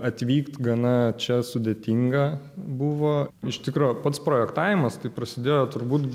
atvykt gana čia sudėtinga buvo iš tikro pats projektavimas tai prasidėjo turbūt